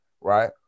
right